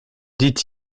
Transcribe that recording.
dit